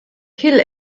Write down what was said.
kill